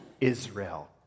Israel